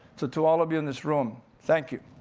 to to all of you in this room, thank you.